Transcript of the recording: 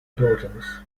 daughters